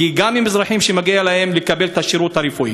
גם הם אזרחים שמגיע להם לקבל את השירות הרפואי.